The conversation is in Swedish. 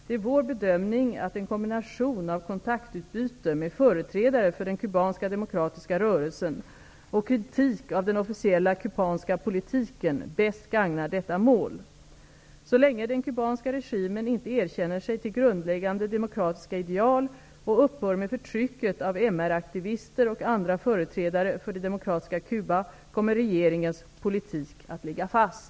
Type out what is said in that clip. Det är vår bedömning att en kombination av kontaktutbyte med företrädare för den kubanska demokratiska rörelsen och kritik av den officiella kubanska politiken, bäst gagnar detta mål. Så länge den kubanska regimen inte erkänner sig till grundläggande demokratiska ideal, och upphör med förtrycket av MR-aktivister och andra företrädare för det demokratiska Cuba, kommer regeringens politik att ligga fast.